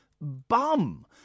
Bum